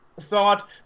thought